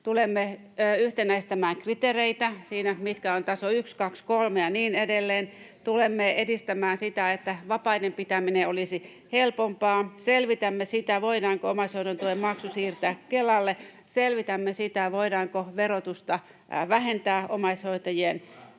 Tulemme yhtenäistämään kriteereitä siinä, mitkä ovat taso 1, 2, 3 ja niin edelleen. [Annika Saarikon välihuuto.] Tulemme edistämään sitä, että vapaiden pitäminen olisi helpompaa. Selvitämme sitä, voidaanko omaishoidontuen maksu siirtää Kelalle. Selvitämme sitä, voidaanko verotusta vähentää omaishoitajien